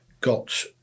got